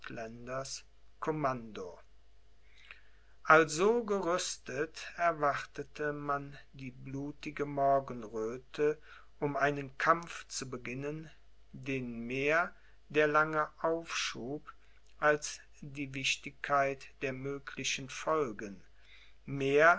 also gerüstet erwartete man die blutige morgenröthe um einen kampf zu beginnen den mehr der lange aufschub als die wichtigkeit der möglichen folgen mehr